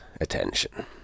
attention